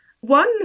One